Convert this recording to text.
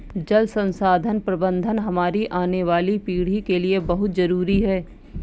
जल संसाधन प्रबंधन हमारी आने वाली पीढ़ी के लिए बहुत जरूरी है